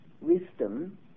wisdom